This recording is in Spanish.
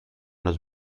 los